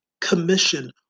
commission